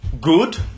good